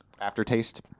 aftertaste